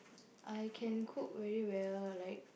I can cook very well like